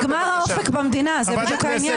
נגמר האופק במדינה, זה בדיוק כל העניין.